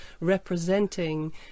representing